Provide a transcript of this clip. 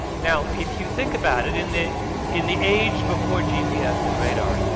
now if you think about it, in the in the age before gps and radar,